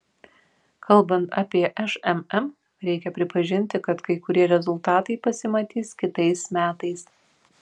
kalbant apie šmm reikia pripažinti kad kai kurie rezultatai pasimatys kitais metais